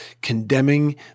condemning